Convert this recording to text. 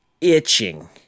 itching